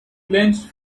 clenched